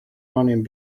running